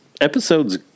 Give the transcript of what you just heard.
episode's